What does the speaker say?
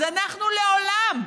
אז אנחנו לעולם,